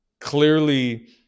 clearly